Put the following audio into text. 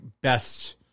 best